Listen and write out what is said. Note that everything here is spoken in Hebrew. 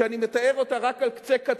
שאני מתאר אותה רק על קצה-קצה,